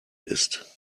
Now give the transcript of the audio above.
ist